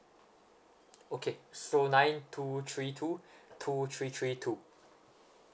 okay so nine two three two two three three two